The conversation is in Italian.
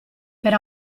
per